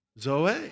zoe